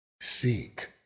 Seek